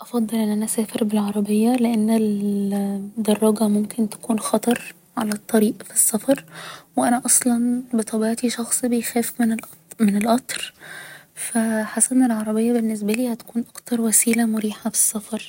افضل ان أنا أسافر بالعربية لان الدراجة ممكن تكون خطر على الطريق في السفر و أنا أصلا بطبيعتي شخص بيخاف من القطر ف حاسة أن العربية بالنسبالي هتكون اكتر وسيلة مريحة في السفر